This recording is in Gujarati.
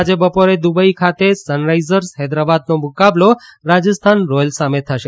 એલમાં આજે બપોરે દુબઇ ખાતે સનરાઇઝર્સ હૈદરાબાદનો મુકાબલો રાજસ્થાન રોયલ્સ સામે થશે